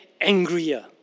angrier